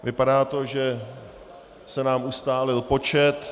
Vypadá to, že se nám ustálil počet.